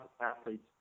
athletes